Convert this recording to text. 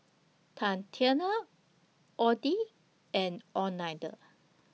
Tatianna Oddie and Oneida